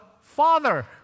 Father